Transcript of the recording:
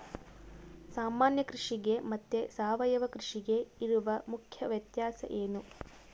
ಸಾಮಾನ್ಯ ಕೃಷಿಗೆ ಮತ್ತೆ ಸಾವಯವ ಕೃಷಿಗೆ ಇರುವ ಮುಖ್ಯ ವ್ಯತ್ಯಾಸ ಏನು?